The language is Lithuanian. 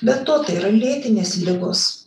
be to tai yra lėtinės ligos